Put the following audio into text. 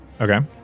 Okay